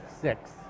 Six